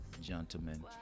gentlemen